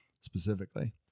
specifically